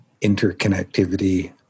interconnectivity